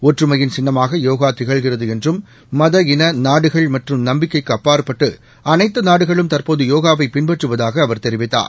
ஒற்றுமையின் சின்னமாக யோகா திகழ்கிறது என்றும் மத இன நாடுகள் மற்றும் நம்பிக்கைக்கு அப்பாற்பட்டு அனைத்து நாடுகளும் தற்போது யோகாவை பின்பற்றுவதாக அவர் தெரிவித்தார்